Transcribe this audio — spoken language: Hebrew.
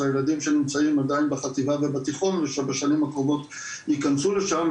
זה הילדים שנמצאים עדיין בחטיבה ובתיכון ושבשנים הקרובות ייכנסו לשם,